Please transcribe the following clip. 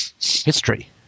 history